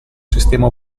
sistema